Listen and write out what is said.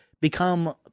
become